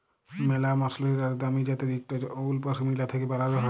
ম্যালা মসরিল আর দামি জ্যাত্যের ইকট উল পশমিলা থ্যাকে বালাল হ্যয়